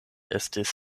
estis